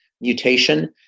mutation